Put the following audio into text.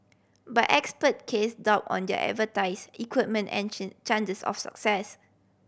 but expert cast doubt on their expertise equipment and chances of success